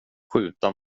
skjuta